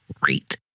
great